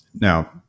now